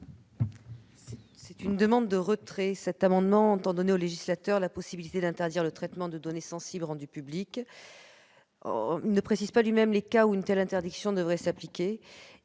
cet amendement, qui tend à donner au législateur la possibilité d'interdire le traitement de données sensibles rendues publiques. Outre qu'il ne précise pas lui-même les cas où une telle interdiction devrait s'appliquer,